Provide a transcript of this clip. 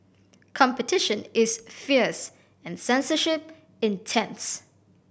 competition is fierce and censorship intense